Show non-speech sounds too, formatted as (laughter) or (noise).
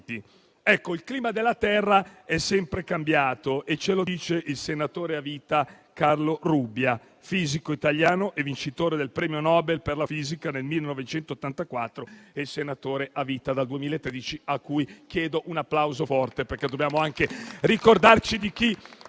Ecco il clima della Terra è sempre cambiato e ce lo dice il senatore a vita Carlo Rubbia, fisico italiano e vincitore del premio Nobel per la fisica nel 1984, senatore a vita dal 2013, per il quale chiedo un applauso forte, (applause) perché dobbiamo anche ricordarci di chi